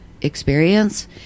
experience